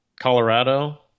Colorado